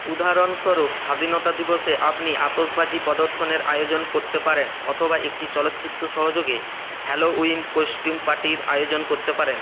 উদাহরণস্বরূপ স্বাধীনতা দিবসে আপনি আতশবাজি প্রদর্শনের আয়োজন করতে পারেন অথবা একটি চলচ্চিত্র সহযোগে হ্যালোউইন কস্টিউম পার্টির আয়োজন করতে পারেন